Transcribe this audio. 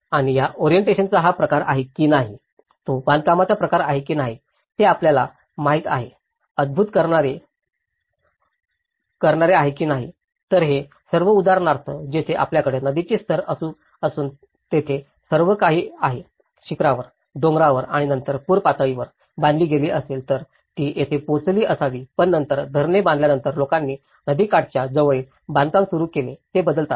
आणि हा ओरिएंटेशन चा प्रकार आहे की नाही तो बांधकामाचा प्रकार आहे की नाही ते आपल्याला माहिती आहे हे उद्धृत करणारे आहे की नाही तर हे सर्व उदाहरणार्थ येथे आपल्याकडे नदीचे स्तर असून तेथे सर्व काही आहे शिखरावर डोंगरावर आणि नंतर पूर पातळीवर बांधली गेली असेल तर ती येथे पोहोचली असावी पण नंतर धरणे बांधल्यानंतर लोकांनी नदीकाठच्या जवळील बांधकाम सुरू केले ते बदलतात